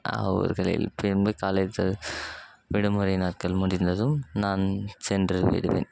அவ்வூர்களில் திரும்ப காலேஜு விடுமுறை நாட்கள் முடிந்ததும் நான் சென்று விடுவேன்